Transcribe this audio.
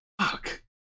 Fuck